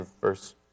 verse